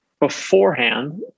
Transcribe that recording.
beforehand